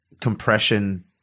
compression